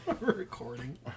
recording